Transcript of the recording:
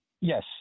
Yes